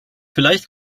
vielleicht